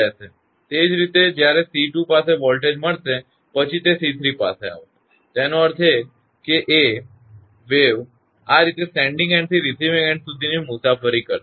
એ જ રીતે જ્યારે 𝐶2 પાસે વોલ્ટેજ મળશે પછી તે 𝐶3 પાસે આવશે તેનો અર્થ એ કે એ વેવ આ રીતે સેન્ડીંગ એન્ડ થી રિસીવીંગ એન્ડ સુધીની મુસાફરી કરશે